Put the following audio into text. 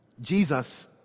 Jesus